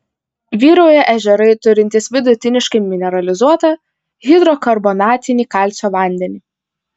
vyrauja ežerai turintys vidutiniškai mineralizuotą hidrokarbonatinį kalcio vandenį